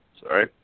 sorry